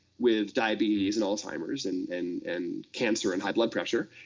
with diabetes and alzheimer's and and and cancer and high blood pressure,